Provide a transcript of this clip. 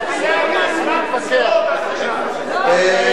זה היה זמן פציעות עד עכשיו.